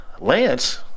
Lance